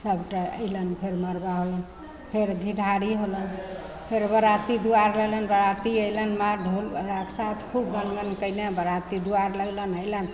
सभटा अइलनि फेर मड़बा होलनि फेर घिढ़ारी होलनि फेर बाराती द्वार अएलनि बराती अएलनि मारि ढोल बाजाके साथ खूब गन गन कएने बराती द्वार लगलनि अएलनि